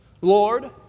Lord